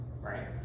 right